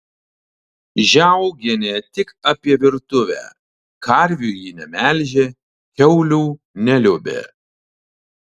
žiaugienė tik apie virtuvę karvių ji nemelžė kiaulių neliuobė